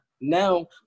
Now